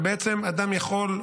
ובעצם אדם יכול,